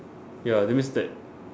ya that means that